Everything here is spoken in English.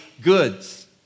goods